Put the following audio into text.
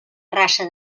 raça